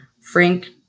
Frank